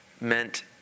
meant